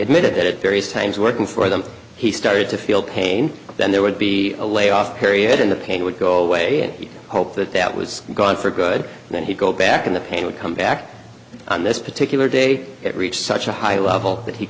admitted it various times working for them he started to feel pain then there would be a lay off period and the pain would go away and he hoped that that was gone for good then he'd go back and the pain would come back on this particular day it reached such a high level that he